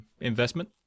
investment